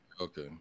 okay